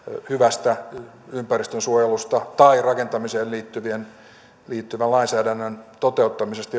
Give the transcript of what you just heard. hyvästä ympäristönsuojelusta tai rakentamiseen liittyvän lainsäädännön toteuttamista